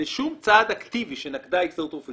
לשום צעד אקטיבי שנקטה ההסתדרות הרפואית.